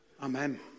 Amen